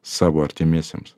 savo artimiesiems